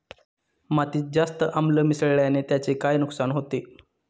मातीत जास्त आम्ल मिसळण्याने त्याचे काय नुकसान होते?